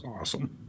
awesome